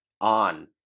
on